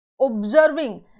observing